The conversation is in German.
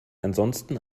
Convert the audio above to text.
ansonsten